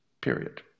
Period